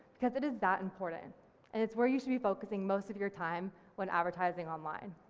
because it is that important and it's where you should be focusing most of your time when advertising online.